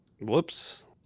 whoops